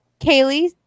Kaylee